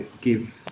give